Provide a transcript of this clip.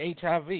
HIV